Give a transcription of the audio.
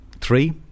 Three